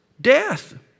death